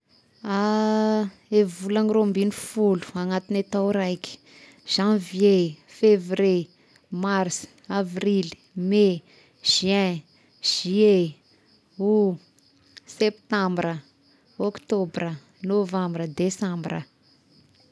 E volagna roa ambin'ny folo anatigny tao raiky: janvier, février, mars, avrily, mey, juin, juillet, août, septambra, oktobra, novambra, desambra.